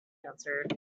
answered